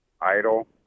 idle